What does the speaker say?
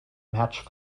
match